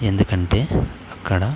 ఎందుకంటే అక్కడ